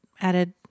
added